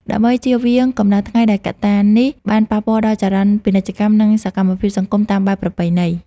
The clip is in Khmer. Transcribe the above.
ដើម្បីជៀសវាងកម្ដៅថ្ងៃដែលកត្តានេះបានប៉ះពាល់ដល់ចរន្តពាណិជ្ជកម្ម និងសកម្មភាពសង្គមតាមបែបប្រពៃណី។